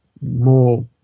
more